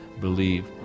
believe